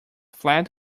flat